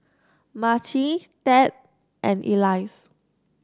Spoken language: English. Marci Ted and Elias